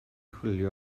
chwilio